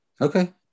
okay